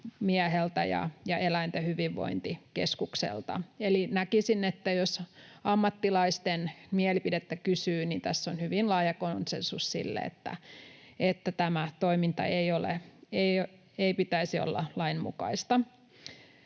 eläinasiamieheltä ja Eläinten hyvinvointikeskukselta. Eli näkisin, että jos ammattilaisten mielipidettä kysyy, niin tässä on hyvin laaja konsensus sille, että tämän toiminnan ei pitäisi olla lainmukaista.